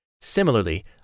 Similarly